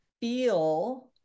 feel